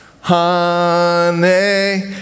honey